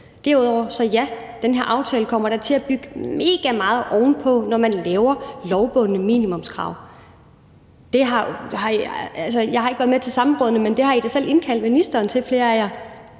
Derudover så ja, den her aftale kommer da til at bygge mega meget ovenpå, når man laver lovbundne minimumskrav. Jeg har ikke været med til samrådene, men flere af jer har da selv indkaldt ministeren til dem. Jeg